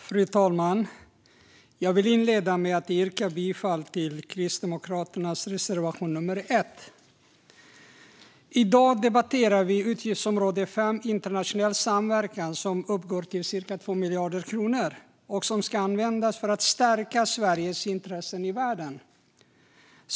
Fru talman! Jag yrkar bifall till Kristdemokraternas reservation nummer 1. Vi debatterar utgiftsområde 5 Internationell samverkan, vars budget uppgår till cirka 2 miljarder kronor som ska användas för att stärka Sveriges intressen i världen.